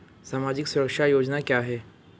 सामाजिक सुरक्षा योजना क्या है?